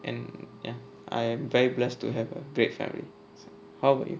and ya I'm very blessed to have a great family how about you